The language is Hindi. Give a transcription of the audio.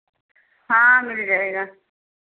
हाँ मिल जाएगा